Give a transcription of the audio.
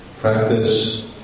practice